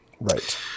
Right